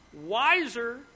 wiser